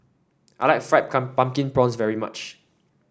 I like Fried Pumpkin Prawns very much